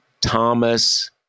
Thomas